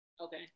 okay